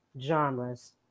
genres